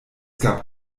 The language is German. gab